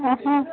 आहो